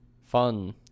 fun